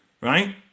right